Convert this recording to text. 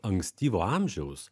ankstyvo amžiaus